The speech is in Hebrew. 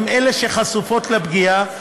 הן אלה שחשופות לפגיעה,